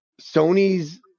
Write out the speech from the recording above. Sony's